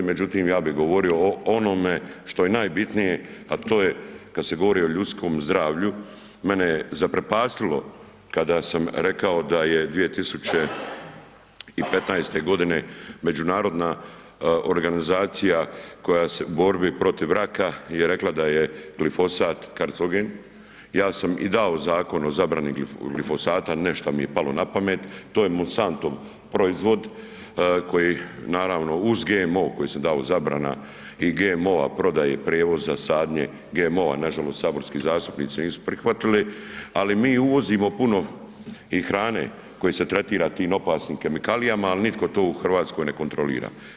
Međutim, ja bi govorio o onome što je najbitnije, a to je kad se govori o ljudskom zdravlju mene je zaprepastilo kada sam rekao da je 2015. međunarodna organizacija koja se, u borbi protiv raka je rekla da je glifosat karcogen, ja sam i dao zakon o zabrani glifosata ne šta mi je palo napamet, to je Monsantov proizvod koji naravno uz GMO koji sam dao zabrana i GMO-a prodaje, prijevoza, sadnje GMO-a, nažalost saborski zastupnici nisu prihvatili, ali mi uvozimo puno i hrane koja se tretira tim opasnim kemikalijama, a nitko to u Hrvatskoj ne kontrolira.